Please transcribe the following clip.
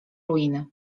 ruiny